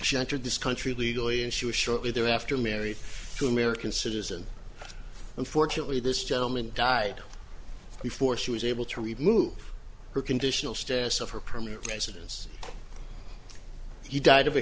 she entered this country legally and she was shortly thereafter married to american citizen and fortunately this gentleman died before she was able to remove her conditional status of her permanent residence he died of a